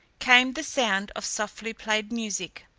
came the sound of softly played music.